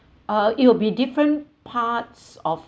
uh it'll be different parts of